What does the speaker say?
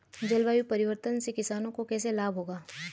जलवायु परिवर्तन से किसानों को कैसे लाभ होगा?